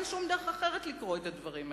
אין שום דרך אחרת לקרוא את הסעיפים האלה.